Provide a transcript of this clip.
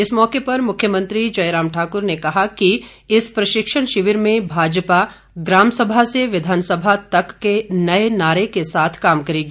इस मौके पर मुख्यमंत्री जयराम ठाकुर ने कहा कि इस प्रशिक्षण शिविर में भाजपा ग्राम सभा से विधानसभा तक के नए नारे के साथ काम करेगी